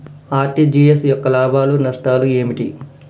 RTGS యొక్క లాభాలు నష్టాలు ఏమిటి?